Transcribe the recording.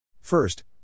First